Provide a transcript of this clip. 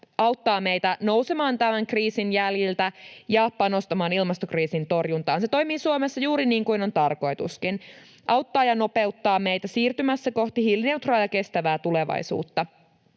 auttaa meitä nousemaan tämän kriisin jäljiltä ja panostamaan ilmastokriisin torjuntaan. Se toimii Suomessa juuri niin kuin on tarkoituskin: auttaa ja nopeuttaa meitä siirtymässä kohti hiilineutraalia ja kestävää tulevaisuutta.